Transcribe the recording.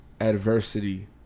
adversity